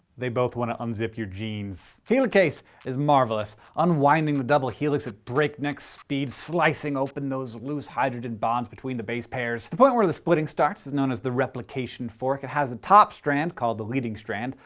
they both want to unzip your genes. helicase is marvelous, unwinding the double helix at breakneck speeds, slicing open those loose hydrogen bonds between the base pairs. the point where the splitting starts is known as the replication fork. it has a top strand, called the leading strand,